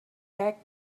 back